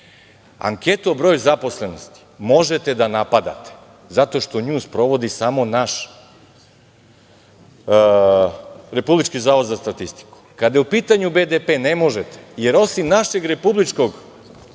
o broju zaposlenosti možete da napadate zato što nju sprovodi samo naš Republički zavod za statistiku. Kada je u pitanju BDP, ne možete, jer osim našeg Republičkog